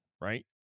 Right